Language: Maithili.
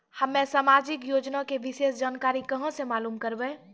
हम्मे समाजिक योजना के विशेष जानकारी कहाँ मालूम करबै?